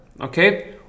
okay